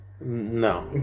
No